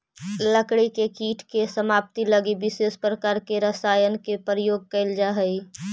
लकड़ी के कीट के समाप्ति लगी विशेष प्रकार के रसायन के प्रयोग कैल जा हइ